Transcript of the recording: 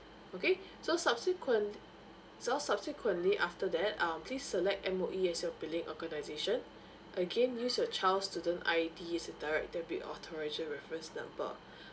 okay so subsequent so subsequently after that um please select M_O_E as your billing organisation again use your child student I_D as the direct debit authorisation reference number